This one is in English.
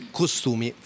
costumi